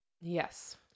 Yes